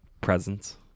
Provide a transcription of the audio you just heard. Presence